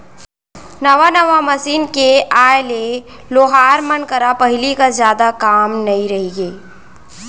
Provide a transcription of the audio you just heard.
नवा नवा मसीन के आए ले लोहार मन करा पहिली कस जादा काम नइ रइगे